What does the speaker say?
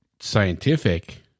scientific